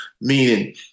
meaning